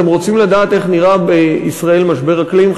אתם רוצים לדעת איך נראה בישראל משבר אקלים,